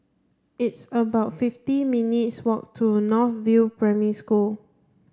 it's about fifty minutes walk to North View Primary School